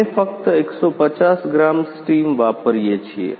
અમે ફક્ત ૧૫૦ gram steam વાપરીએ છીએ